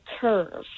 curve